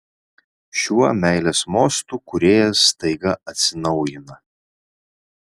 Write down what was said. šiuo meilės mostu kūrėjas staiga atsinaujina